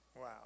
Wow